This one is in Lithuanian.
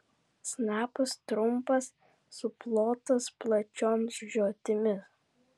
snapas trumpas suplotas plačiom žiotimis